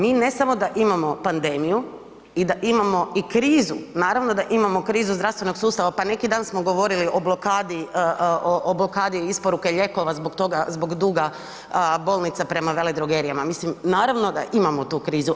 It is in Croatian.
Mi ne samo da imamo pandemiju i da imamo i krizu, naravno da imamo krizu zdravstvenog sustava, pa neki dan smo govorili o blokadi isporuke lijekova zbog duga bolnica prema veledrogerijama, naravno da imamo tu krizu.